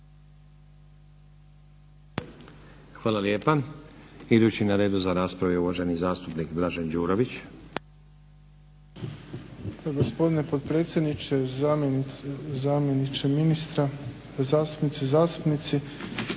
Hvala lijepa. Idući na redu za raspravu je uvaženi zastupnik Dražen Đurović.